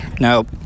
Nope